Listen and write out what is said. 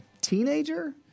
teenager